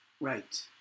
Right